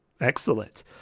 Excellent